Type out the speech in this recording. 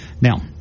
Now